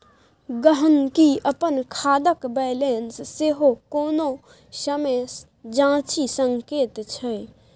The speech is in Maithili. गहिंकी अपन खातक बैलेंस सेहो कोनो समय जांचि सकैत छै